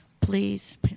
please